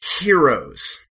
heroes